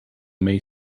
may